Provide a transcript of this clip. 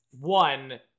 one